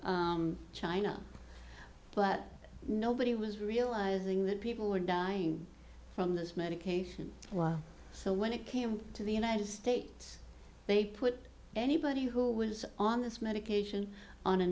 china but nobody was realising that people were dying from this medication was so when it came to the united states they put anybody who was on this medication on a